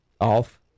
Off